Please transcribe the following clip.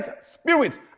spirit